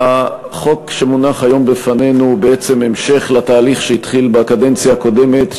החוק שמונח היום לפנינו הוא בעצם המשך התהליך שהתחיל בקדנציה הקודמת,